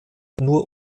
nur